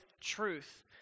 truth